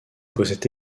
possède